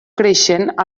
creixent